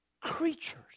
creatures